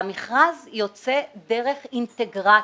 והמכרז יוצא דרך אינטגרטור.